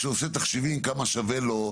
כשהוא עושה תחשיבים כמה שווה לו,